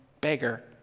beggar